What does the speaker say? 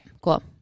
cool